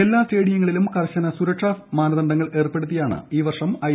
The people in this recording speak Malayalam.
എല്ലാ സ്റ്റേഡിയങ്ങളിലും കർശന സുരക്ഷാ മാനദണ്ഡങ്ങൾ ഏർപ്പെടുത്തിയാണ് ഈ വർഷം ഐ